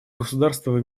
государства